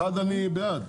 אחת, אני בעד.